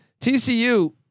TCU